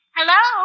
Hello